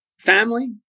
family